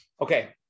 Okay